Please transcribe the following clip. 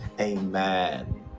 Amen